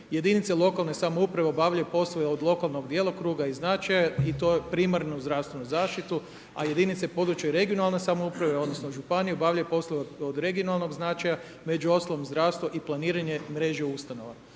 „Jedinice lokalne samouprave obavljaju poslove od lokalnog djelokruga i značaja i to primarnu zdravstvenu zaštitu, a jedinice područne i regionalne samouprave odnosno županije obavljaju poslove od regionalnog značaja među ostalom zdravstvo i planiranje mreže ustanova.“